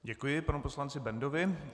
Děkuji panu poslanci Bendovi.